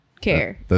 care